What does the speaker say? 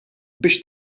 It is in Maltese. biex